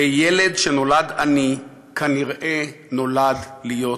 וילד שנולד עני, כנראה נולד להיות עני.